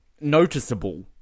noticeable